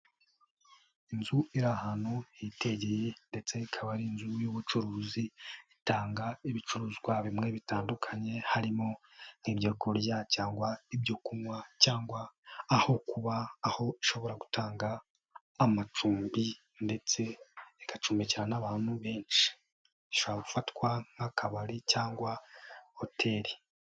Inzu iri ahantu hitegeye ndetse ikaba ari inzu y'ubucuruzi, itanga ibicuruzwa bimwe bitandukanye, harimo nk'ibyo kurya cyangwa ibyo kunywa cyangwa aho kuba aho ishobora gutanga amacumbi ndetse igacumekira n'abantu benshi, ishobora gufatwa nk'akabari cyangwa hoteli.